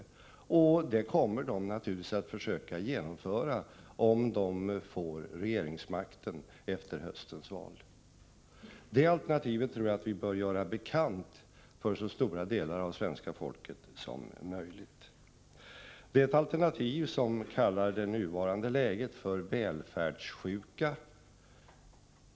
Det alternativet kommer de naturligtvis att försöka genomföra, om de får regeringsmakten efter höstens val. Jag tror att vi bör göra det alternativet bekant för så stora delar av svenska folket som möjligt. Det är ett alternativ där man kallar det nuvarande läget för välfärdssjuka.